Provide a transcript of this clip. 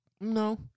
No